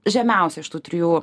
žemiausia iš tų trijų